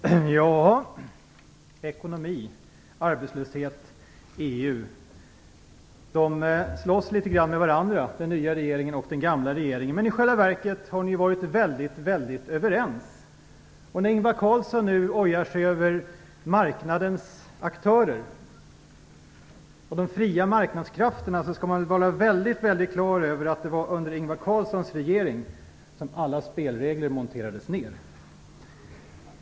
Fru talman! När det gäller ekonomi, arbetslöshet och EU slåss den nya regeringen och den gamla regeringen litet grand med varandra. Men i själva verket har ni varit väldigt överens. När Ingvar Carlsson nu ojar sig över marknadens aktörer och de fria marknadskrafterna skall man vara väldigt klar över att det var under Ingvar Carlssons regering som alla spelregler monterades ned.